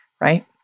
right